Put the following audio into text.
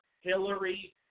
Hillary